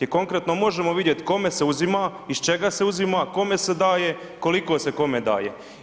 I konkretno, možemo vidjet kome se uzima, iz čega se uzima, kome se daje, koliko se kome daje?